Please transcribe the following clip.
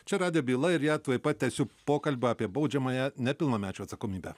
čia radijo byla ir ją tuoj pat tęsiu pokalbiu apie baudžiamąją nepilnamečių atsakomybę